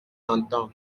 entend